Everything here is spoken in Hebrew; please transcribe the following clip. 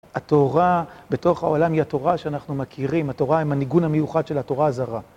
מה שלומך?